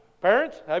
Parents